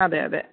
അതെ അതെ